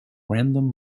random